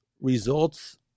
results